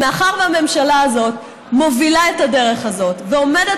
מאחר שהממשלה הזאת מובילה את הדרך הזאת ועומדת